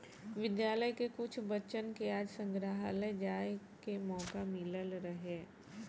विद्यालय के कुछ बच्चन के आज संग्रहालय जाए के मोका मिलल रहे